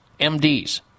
MDs